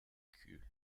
cultes